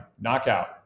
knockout